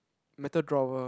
metal drawer